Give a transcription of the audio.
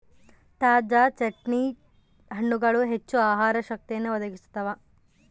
ತಾಜಾ ಚೆಸ್ಟ್ನಟ್ ಹಣ್ಣುಗಳು ಹೆಚ್ಚು ಆಹಾರ ಶಕ್ತಿಯನ್ನು ಒದಗಿಸುತ್ತವೆ